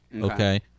okay